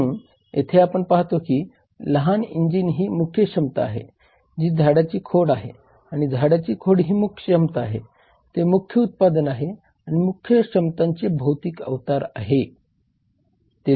म्हणून येथे आपण पाहतो की लहान इंजिन ही मुख्य क्षमता आहेत जी झाडाची खोड आहे आणि झाडाची खोड ही मुख्य क्षमता आहे ते मुख्य उत्पादन आहे किंवा मुख्य क्षमतांचे भौतिक अवतार आहे